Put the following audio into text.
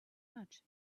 much